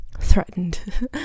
threatened